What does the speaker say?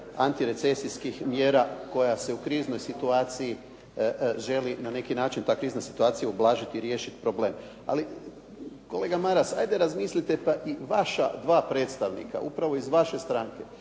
antirecesijskih mjera koja se u kriznoj situaciji želi na neki način ta krizna situacija ublažit i riješit problem. Ali kolega Maras, ajde razmislite. Pa i vaša dva predstavnika, upravo iz vaše stranke